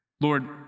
Lord